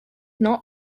not